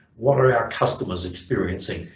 what are our customers experiencing,